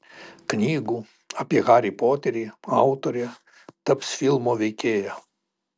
knygų apie harį poterį autorė taps filmo veikėja